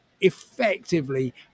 effectively